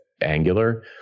Angular